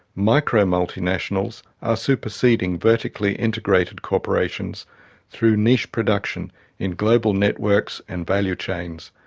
micromultinationals are superseding vertically integrated corporations through niche production in global networks and value chains.